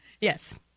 Yes